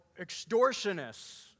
extortionists